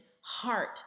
heart